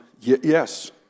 yes